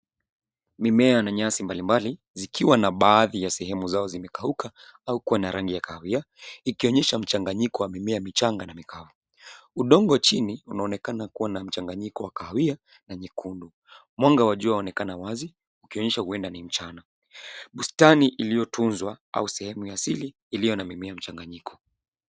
Mimea na nyasi mbalimbali, zikiwa na baadhi ya sehemu zao zimekauka au kuwa na rangi ya kahawia, ikionyesha mchanganyiko wa mimea michanga na mikavu. Udongo chini, unaonekana kuwa na mchanganyiko wa kahawia na nyekundu. Mwanga wa jua waonekana wazi, ukionyesha huenda ni mchana. Bustani iliyotunzwa au sehemu ya asili iliyo na mimea mchanganyiko.